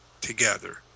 together